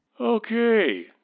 Okay